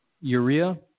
urea